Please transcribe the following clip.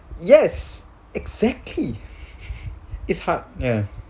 yes exactly is hard ya